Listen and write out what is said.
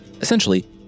Essentially